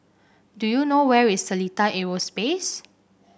do you know where is Seletar Aerospace